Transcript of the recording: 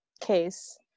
case